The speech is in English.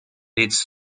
its